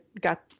got